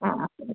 ആ ആ